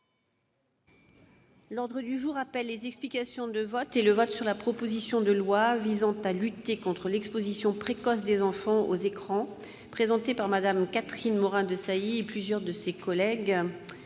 et de la communication, les explications de vote et le vote sur la proposition de loi visant à lutter contre l'exposition précoce des enfants aux écrans, présentée par Mme Catherine Morin-Desailly et plusieurs de ses collègues